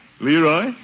Leroy